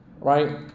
Right